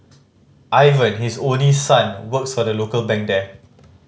Ivan his only son works for a local bank here